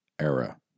era